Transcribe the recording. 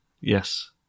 Yes